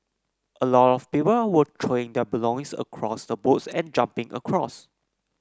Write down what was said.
a lot of people were throwing their belongings across the boats and jumping across